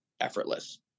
effortless